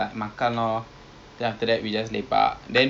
ah tengok ubin also